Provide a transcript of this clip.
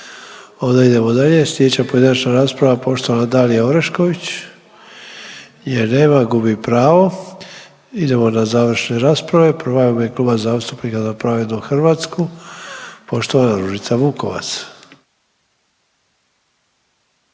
Onda idemo dalje. Sljedeća pojedinačna rasprava, poštovana Dalija Orešković. Nje nema, gubi pravo. Idemo na završne rasprava, prva je u ime Kluba zastupnika Za pravednu Hrvatsku, poštovana Ružica Vukovac.